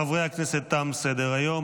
חברי הכנסת, תם סדר-היום.